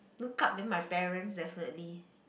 look up then my parents definitely